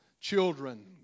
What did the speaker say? children